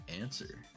answer